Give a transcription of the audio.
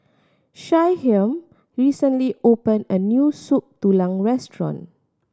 Shyheim recently opened a new Soup Tulang restaurant